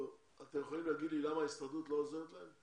אתם יכולים להגיד לי למה ההסתדרות לא עוזרת להם?